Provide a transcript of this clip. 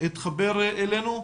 התחבר אלינו.